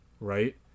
right